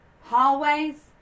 hallways